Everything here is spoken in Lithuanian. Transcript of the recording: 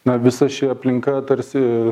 na visa ši aplinka tarsi